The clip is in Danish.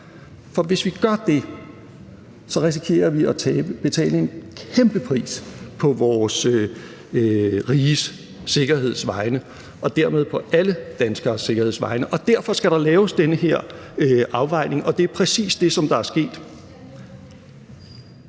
For hvis vi gør det, risikerer vi at betale en kæmpe pris på vores riges sikkerheds vegne – og dermed på alle danskeres sikkerheds vegne. Derfor skal der laves den her afvejning, og det er præcis det, der er sket.